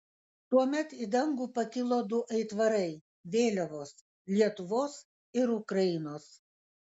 tuomet į dangų pakilo du aitvarai vėliavos lietuvos ir ukrainos